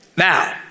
Now